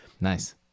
Nice